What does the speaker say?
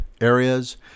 areas